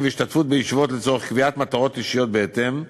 והשתתפות בישיבות לצורך קביעת מטרות אישיות בהתאם,